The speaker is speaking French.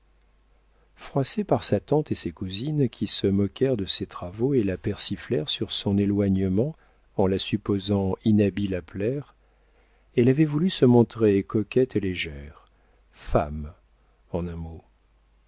froissée par sa tante et ses cousines qui se moquèrent de ses travaux et la persiflèrent sur son éloignement en la supposant inhabile à plaire elle avait voulu se montrer coquette et légère femme en un mot